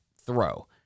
throw